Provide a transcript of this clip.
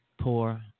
poor